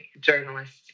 journalists